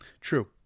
True